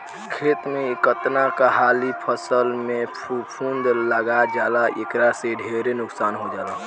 खेत में कतना हाली फसल में फफूंद लाग जाला एकरा से ढेरे नुकसान हो जाला